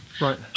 Right